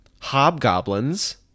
Hobgoblins